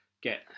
get